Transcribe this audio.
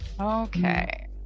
Okay